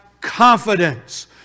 confidence